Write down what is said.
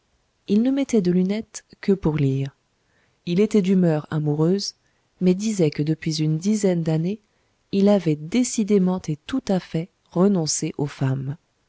il ne mettait de lunettes que pour lire il était d'humeur amoureuse mais disait que depuis une dizaine d'années il avait décidément et tout à fait renoncé aux femmes